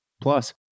Plus